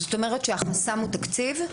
החסם הוא תקציב?